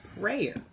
prayer